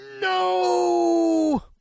No